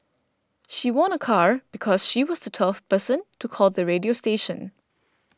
she won a car because she was the twelfth person to call the radio station